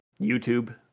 YouTube